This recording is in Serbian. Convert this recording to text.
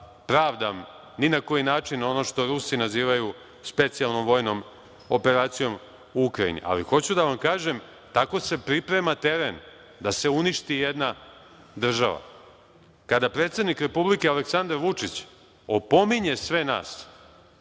pravdam ni na koji način ono što Rusi nazivaju specijalnom vojnom operacijom u Ukrajini. Ali, hoću da vam kažem tako se priprema teren da se uništi jedna država. Kada predsednik Republike Aleksandar Vučić opominje sve nas,